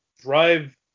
drive